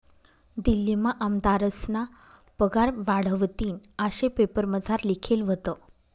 दिल्लीमा आमदारस्ना पगार वाढावतीन आशे पेपरमझार लिखेल व्हतं